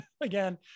again